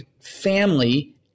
family